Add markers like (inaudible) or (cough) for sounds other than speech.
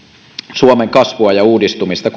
suomen kasvua ja uudistumista (unintelligible)